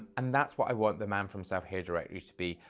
and that's what i want the man for himself hair directory to be,